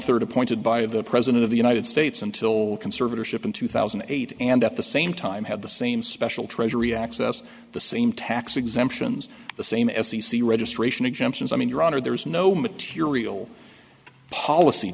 third appointed by the president of the united states until conservatorship in two thousand and eight and at the same time had the same special treasury access the same tax exemptions the same as the c registration exemptions i mean your honor there is no material policy